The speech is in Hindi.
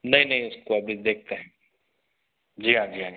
नहीं नहीं इसको अभी देखते हैं जी हाँ जी हाँ